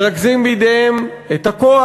מרכזים בידיהם את הכוח.